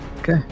Okay